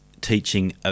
teaching